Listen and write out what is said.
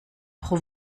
pro